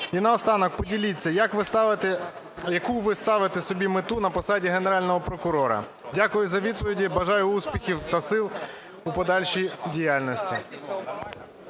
І наостанок, поділіться як ви ставите... яку ви ставите собі мету на посаді Генерального прокурора? Дякую за відповіді і бажаю успіхів та сил у подальшій діяльності.